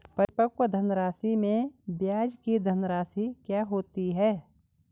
परिपक्व धनराशि में ब्याज की धनराशि क्या होती है?